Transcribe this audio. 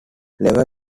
level